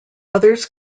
others